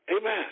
Amen